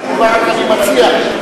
חבר הכנסת זאב,